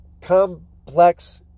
complex